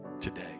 today